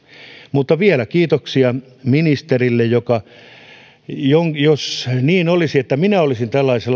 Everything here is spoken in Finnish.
mutta vielä kiitoksia ministerille jos niin olisi että minä olisin tällaisen